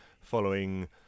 following